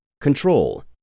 control